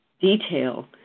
detail